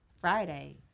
Friday